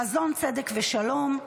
חזון צדק ושלום,